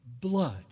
blood